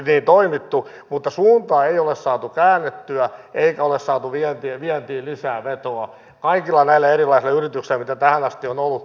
mutta suuntaa ei ole saatu käännettyä eikä ole saatu vientiin lisää vetoa kaikilla näillä erilaisilla yrityksillä mitä tähän asti on ollut